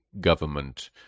government